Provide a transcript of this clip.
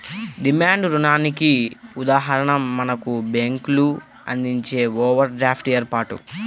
demand రుణానికి ఉదాహరణ మనకు బ్యేంకులు అందించే ఓవర్ డ్రాఫ్ట్ ఏర్పాటు